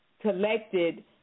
collected